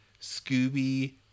scooby